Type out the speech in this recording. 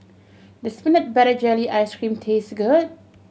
does peanut butter jelly ice cream taste good